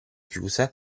chiuse